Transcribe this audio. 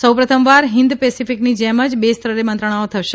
સૌપ્રથમવાર હિન્દ પેસેફિકની જેમ જ બે સ્તરે મંત્રણાઓ થશે